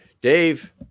Dave